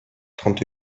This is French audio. trente